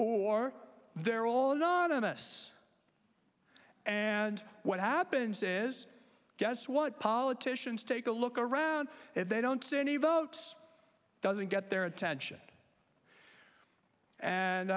or they're all anonymous and what happens is guess what politicians take a look around they don't see any votes doesn't get their attention and